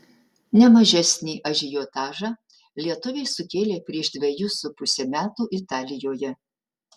ne mažesnį ažiotažą lietuviai sukėlė prieš dvejus su puse metų italijoje